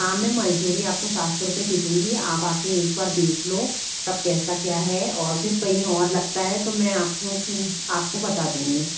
हाँ मैं मजदूरी आपको सात सौ रुपया दे दूँगी आप आकर एक बार देख लो सब कैसा क्या है और फिर कहीं और लगता है तो मैं आपको आपको बता दूँगी